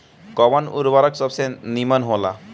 कवन उर्वरक सबसे नीमन होला?